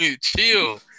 Chill